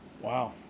Wow